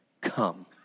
come